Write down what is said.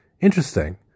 Interesting